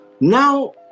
Now